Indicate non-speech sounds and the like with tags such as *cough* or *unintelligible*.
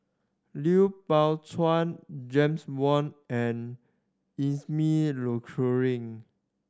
Lui Pao Chuen James Wong and *unintelligible* Luering